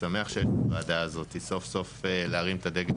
אני שמח שהוועדה הזאת החליטה להרים את הדגל